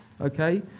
Okay